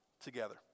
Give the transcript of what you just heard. together